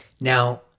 Now